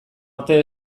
arte